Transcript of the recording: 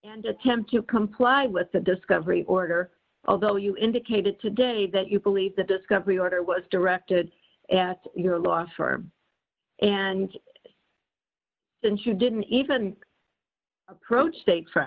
and attempt to comply with the discovery order although you indicated today that you believe the discovery order was directed at your law for and since you didn't even approach state for